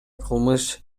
кылмыш